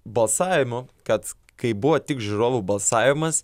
balsavimu kad kai buvo tik žiūrovų balsavimas